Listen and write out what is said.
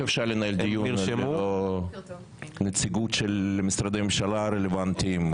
איך אפשר לנהל דיון ללא נציגות של משרדי הממשלה הרלוונטיים?